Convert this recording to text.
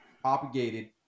propagated